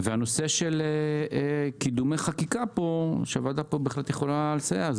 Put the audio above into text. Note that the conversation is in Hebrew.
בנושא קידום חקיקה, הוועדה בהחלט יכולה לסייע.